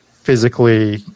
physically